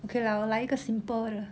okay lah 我来一个 simple 的